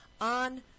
on –